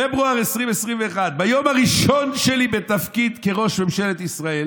פברואר 2021: "ביום הראשון שלי בתפקיד כראש ממשלת ישראל